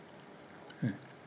mm